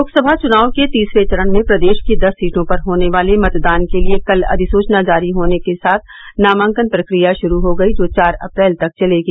लोकसभा च्नाव के तीसरे चरण में प्रदेश की दस सीटों पर होने वाले मतदान के लिए कल अधिसूचना जारी होने के साथ नामांकन प्रकिया शुरू हो गयी जो चार अप्रैल तक चलेगी